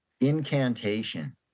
Incantation